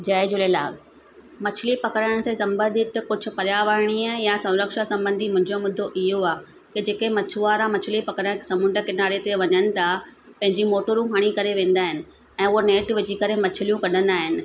जय झूलेलाल मछ्ली पकिड़ण से सबंधित कुझु पर्यावरणीअ या सुरक्षा संबंधी मुंहिंजो मुदो इहो आहे की जेके मछुआरा मछली पकिड़े समुंडु किनारे ते वञनि था पंहिंजी मोटरू खणी करे वेंदा आहिनि ऐं उहे नैट विझी करे मछलियूं कढंदा आहिनि